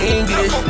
English